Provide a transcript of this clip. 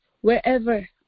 wherever